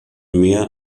mehr